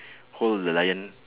hold the lion